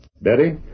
Betty